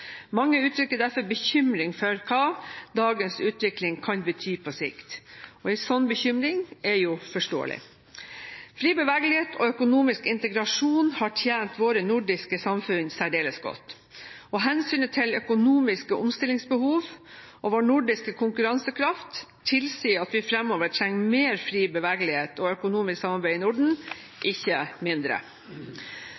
Mange uttrykker derfor bekymring for hva dagens utvikling kan bety på sikt. En slik bekymring er forståelig. Fri bevegelighet og økonomisk integrasjon har tjent våre nordiske samfunn særdeles godt. Og hensynet til økonomiske omstillingsbehov og vår nordiske konkurransekraft tilsier at vi fremover trenger mer fri bevegelighet og økonomisk samarbeid i Norden,